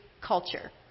culture